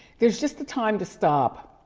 there's just a time to stop.